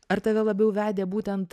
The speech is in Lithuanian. ar tave labiau vedė būtent